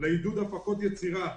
לעידוד הפקות יצירה.